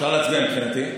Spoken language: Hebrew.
אפשר להצביע, מבחינתי.